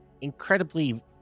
Incredibly